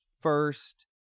first